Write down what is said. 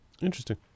Interesting